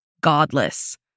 godless